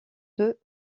deux